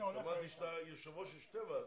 שמעתי שאתה יושב-ראש של שתי ועדות.